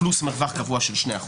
פלוס מרווח קבוע של 2%,